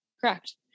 Correct